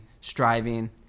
striving